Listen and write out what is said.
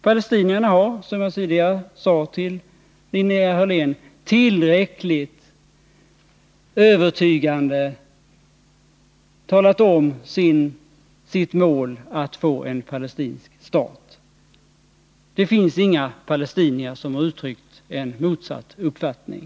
Palestinierna har, som jag tidigare sade till Linnea Hörlén, tillräckligt övertygande talat om sitt mål: att få en palestinsk stat. Det finns inga palestinier som har uttryckt en motsatt uppfattning.